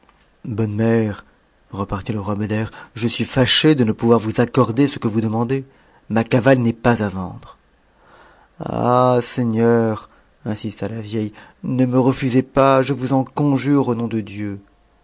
bonne mère repartit le roi beder je suis fâché de ne pouvoir vous accorder ce que vous demandez ma cavale n'est pas à vendre ah seigneur insista la vieille ne me refusez pas je vous en conjure au nom de dieu